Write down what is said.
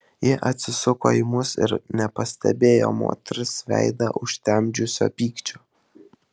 ji atsisuko į mus ir nepastebėjo moters veidą užtemdžiusio pykčio